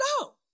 No